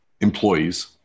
Employees